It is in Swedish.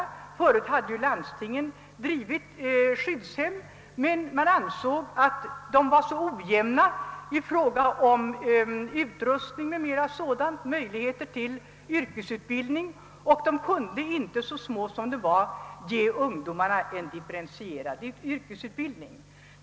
Tidigare drev landstingen skyddshemmen, men man ansåg att de var så små och så ojämna i fråga om utrustning och möjligheter till yrkesutbildning, att de inte kunde ge ungdomarna en differentierad yrkesutbildning.